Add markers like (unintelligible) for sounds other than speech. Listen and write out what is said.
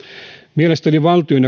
mielestäni valtion (unintelligible)